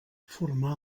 formar